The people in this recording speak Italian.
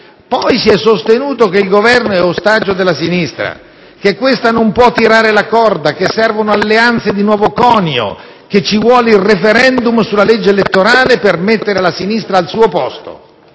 Poi si è sostenuto che il Governo è ostaggio della sinistra, che questa non può tirare la corda, che servono alleanze "di nuovo conio", che ci vuole il *referendum* sulla legge elettorale per mettere la sinistra al suo posto.